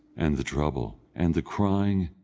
and the trouble, and the crying,